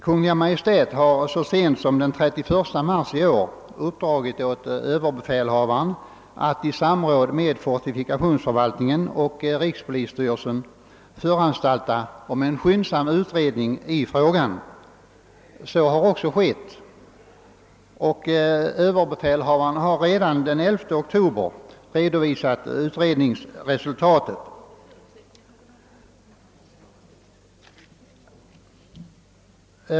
Kungl. Maj:t har så sent som den 31 mars i år uppdragit åt överbefälhavaren att i samråd med fortifikationsförvaltningen och rikspolisstyrelsen föranstalta om en skyndsam utredning i frågan. En sådan har också verkställts och överbefälhavaren har redan den 11 oktober redovisat utredningsresultatet.